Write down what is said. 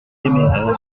téméraire